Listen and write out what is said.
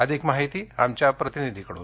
अधिक माहिती आमच्या प्रतिनिधीकडून